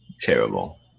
terrible